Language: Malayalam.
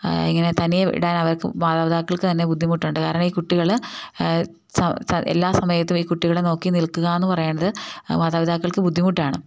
ഇങ്ങനെ തനിയെ ഇടാൻ അവർക്ക് മാതാപിതാക്കൾക്ക് തന്നെ ബുദ്ധിമുട്ടുണ്ട് കാരണം ഈ കുട്ടികൾ എല്ലാ സമയത്തും ഈ കുട്ടികളെ നോക്കി നിൽക്കുക എന്ന് പറയുന്നത് മാതാപിതാക്കൾക്ക് ബുദ്ധിമുട്ടാണ്